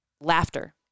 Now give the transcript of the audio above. laughter